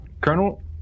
Colonel